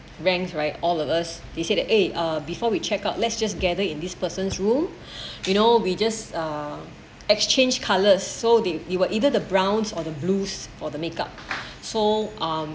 ranks right all of us he said that eh uh before we check out let's just gathered in this person's room you know we just uh exchange colours so they you will either the browns or the blues for the makeup so um